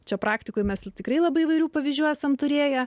čia praktikoje mes tikrai labai įvairių pavyzdžių esam turėję